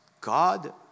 God